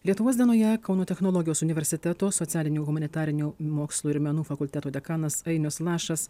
lietuvos dienoje kauno technologijos universiteto socialinių humanitarinių mokslų ir menų fakulteto dekanas ainius lašas